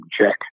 check